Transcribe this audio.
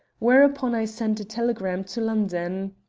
whereupon i sent a telegram to london.